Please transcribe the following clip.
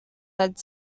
that